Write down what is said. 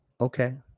okay